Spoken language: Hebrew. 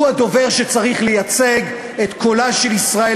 הוא הדובר שצריך לייצג את קולה של ישראל,